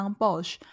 Bosch